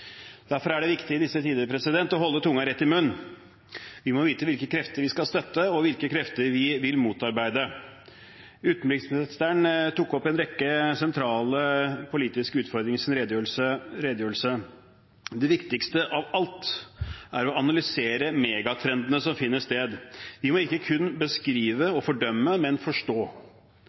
Derfor er det viktig i disse tider å holde tungen rett i munnen. Vi må vite hvilke krefter vi skal støtte, og hvilke krefter vi vil motarbeide. Utenriksministeren tok opp en rekke sentrale politiske utfordringer i sin redegjørelse. Det viktigste av alt er å analysere megatrendene som finner sted. Vi må ikke kun beskrive og fordømme, men forstå.